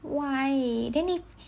why then he